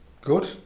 Good